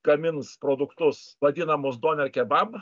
gamins produktus vadinamus doner kebab